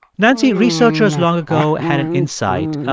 nancy, researchers long ago had an insight. ah